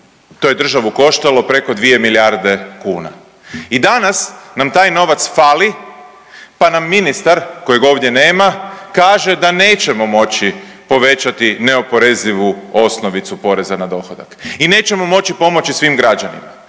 To je državu koštalo preko 2 milijarde kuna. I danas nam taj novac fali pa nam ministar kojeg ovdje nema kaže da nećemo moći povećati neoporezivu osnovicu poreza na dohodak i nećemo moći pomoći svim građanima.